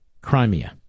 Crimea